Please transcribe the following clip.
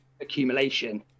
accumulation